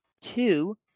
Two